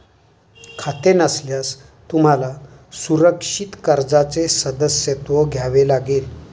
खाते नसल्यास तुम्हाला सुरक्षित कर्जाचे सदस्यत्व घ्यावे लागेल